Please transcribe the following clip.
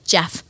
Jeff